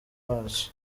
bacu